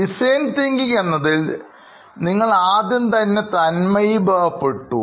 design thinking എന്നതിൽ നിങ്ങൾ ആദ്യം തന്നെ തന്മയി ഭവംപ്പെട്ടു